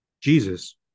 Jesus